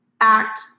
act